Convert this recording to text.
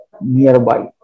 nearby